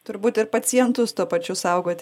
turbūt ir pacientus tuo pačiu saugoti